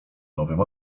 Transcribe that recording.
nowym